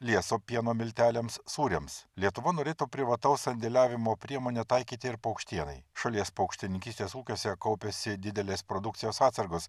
lieso pieno milteliams sūriams lietuva norėtų privataus sandėliavimo priemonę taikyti ir paukštienai šalies paukštininkystės ūkiuose kaupiasi didelės produkcijos atsargos